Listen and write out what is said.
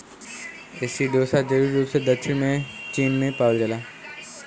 एसिडोसा जरूरी रूप से दक्षिणी चीन में पावल जाला